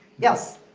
yes.